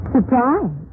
Surprise